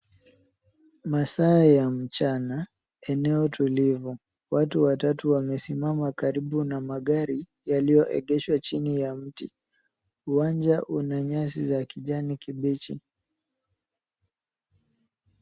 Masaa ya mchana eneo tulivu. Watu watatu wamesimama karibu na magari yaliyoegeshwa chini ya mti. Uwanja una nyasi za kijani kibichi.